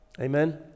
Amen